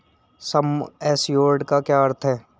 सम assured का क्या अर्थ है?